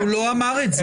הוא לא אמר את זה.